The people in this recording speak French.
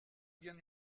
bien